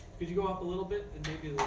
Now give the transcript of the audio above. could you go up a little bit, and maybe